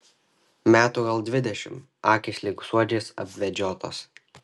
metų gal dvidešimt akys lyg suodžiais apvedžiotos